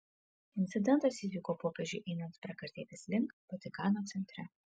incidentas įvyko popiežiui einant prakartėlės link vatikano centre